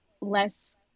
less